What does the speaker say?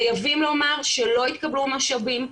חייבים לומר שלא התקבלו משאבים,